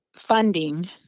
funding